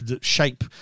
shape